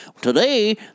Today